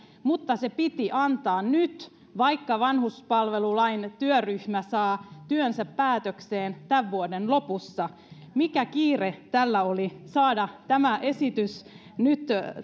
mutta se piti antaa nyt vaikka vanhuspalvelulain työryhmä saa työnsä päätökseen tämän vuoden lopussa mikä kiire oli saada tämä esitys nyt